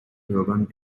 bürgern